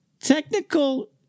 technical